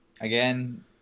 Again